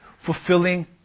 Fulfilling